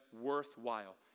worthwhile